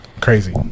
Crazy